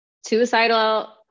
suicidal